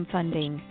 Funding